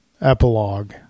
epilogue